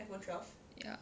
ya